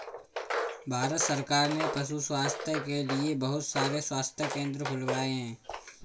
भारत सरकार ने पशु स्वास्थ्य के लिए बहुत सारे स्वास्थ्य केंद्र खुलवाए हैं